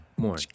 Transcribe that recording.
More